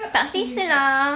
tak selesa lah